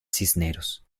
cisneros